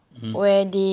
mmhmm